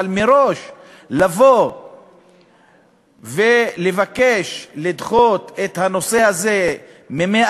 אבל מראש לבוא ולבקש לדחות את הנושא הזה מ-100